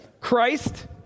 christ